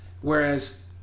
whereas